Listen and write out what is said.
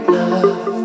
love